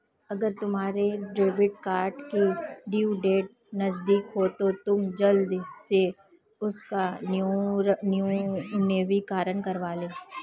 अगर तुम्हारे debit card की ड्यू डेट नज़दीक है तो तुम जल्दी से उसका नवीकरण करालो